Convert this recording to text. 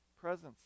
presence